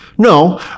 No